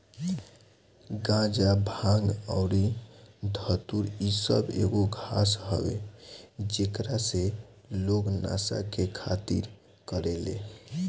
गाजा, भांग अउरी धतूर इ सब एगो घास हवे जेकरा से लोग नशा के खातिर करेले